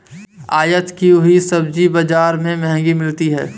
आयत की हुई सब्जी बाजार में महंगी मिलती है